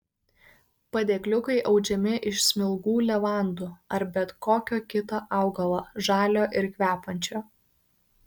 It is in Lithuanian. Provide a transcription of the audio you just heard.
padėkliukai audžiami iš smilgų levandų ar bet kokio kito augalo žalio ir kvepiančio